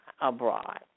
Abroad